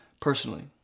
personally